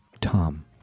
Tom